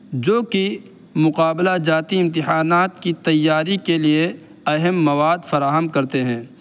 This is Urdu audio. جوکہ مقابلہ جاتی امتحانات کی تیاری کے لیے اہم مواد فراہم کرتے ہیں